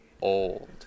old